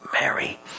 Mary